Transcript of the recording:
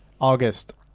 August